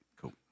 Cool